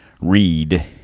read